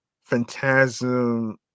phantasm